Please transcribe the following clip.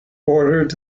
ordered